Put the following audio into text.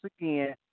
again